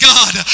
God